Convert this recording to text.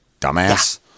dumbass